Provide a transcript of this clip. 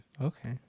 Okay